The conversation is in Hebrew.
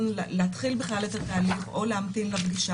להתחיל בכלל את התהליך או להמתין לפגישה.